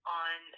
on